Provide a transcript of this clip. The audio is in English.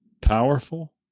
powerful